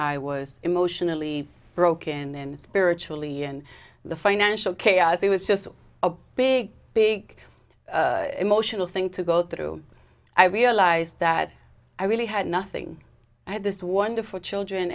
i was emotionally broken and spiritually and the financial chaos it was just a big big emotional thing to go through i realised that i really had nothing i had this wonderful children